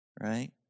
Right